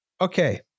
Okay